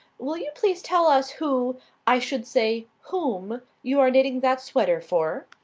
will you please tell us who i should say, whom you are knitting that sweater for?